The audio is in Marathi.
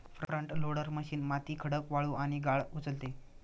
फ्रंट लोडर मशीन माती, खडक, वाळू आणि गाळ उचलते